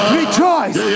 rejoice